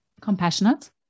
compassionate